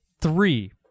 three